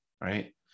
Right